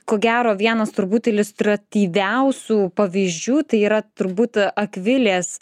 ko gero vienas turbūt iliustratyviausių pavyzdžių tai yra turbūt akvilės